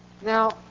Now